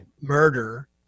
murder